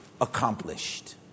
accomplished